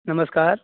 नमस्कार